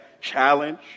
challenge